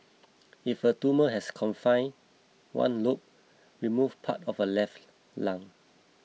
if her tumour has confined one lobe remove part of her left lung